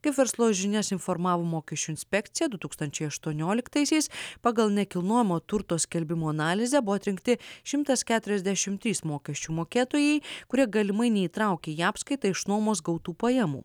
kaip verslo žinias informavo mokesčių inspekcijadu tūkstančiai aštuonioliktaisiais pagal nekilnojamo turto skelbimų analizę buvo atrinkti šimtas keturiasdešimt trys mokesčių mokėtojai kurie galimai neįtraukė į apskaitą išnuomos gautų pajamų